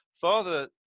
Father